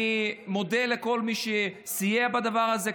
אני מודה לכל מי שסייע בדבר הזה,